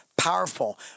powerful